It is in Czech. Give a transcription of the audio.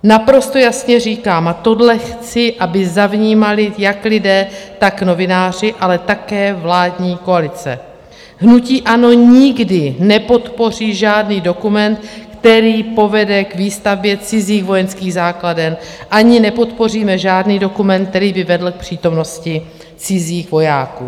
Naprosto jasně říkám, a tohle chci, aby zavnímali jak lidé, tak novináři, ale také vládní koalice, hnutí ANO nikdy nepodpoří žádný dokument, který povede k výstavbě cizích vojenských základen, ani nepodpoříme žádný dokument, který by vedl k přítomnosti cizích vojáků.